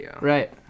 right